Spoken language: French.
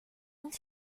mille